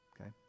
Okay